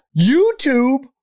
YouTube